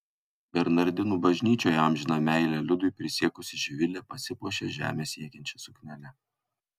bernardinų bažnyčioje amžiną meilę liudui prisiekusi živilė pasipuošė žemę siekiančia suknele